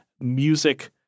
music